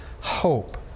hope